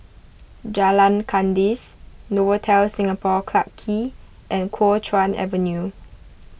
Jalan Kandis Novotel Singapore Clarke Quay and Kuo Chuan Avenue